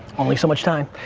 only so much time.